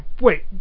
wait